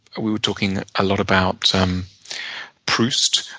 we were talking a lot about um proust.